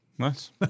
Nice